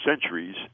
centuries